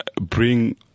bring